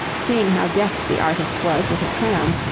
seeing how deft the artist was with his crayons,